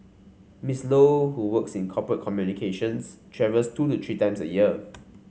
Ms Low who works in corporate communications travels two to three times a year